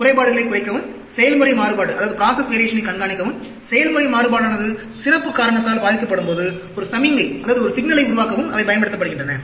குறைபாடுகளைக் குறைக்கவும் செயல்முறை மாறுபாட்டைக் கண்காணிக்கவும் செயல்முறை மாறுபாடானது சிறப்பு காரணத்தால் பாதிக்கப்படும்போது ஒரு சமிக்ஞையை உருவாக்கவும் அவை பயன்படுத்தப்படுகின்றன